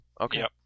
Okay